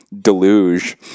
deluge